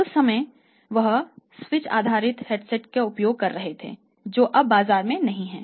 उस समय हम स्विच आधारित हैंडसेट का उपयोग कर रहे थे जो अब बाजार में नहीं हैं